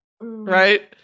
right